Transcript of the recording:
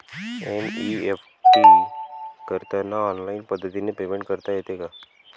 NEFT करताना online पद्धतीने payment करता येते का?